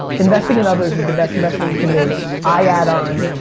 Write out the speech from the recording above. investing in others is the best investment you can make. i add on,